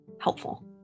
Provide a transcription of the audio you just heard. helpful